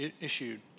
issued